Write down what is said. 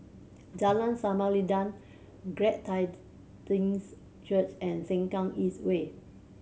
Jalan Samarinda Glad Church and Sengkang East Way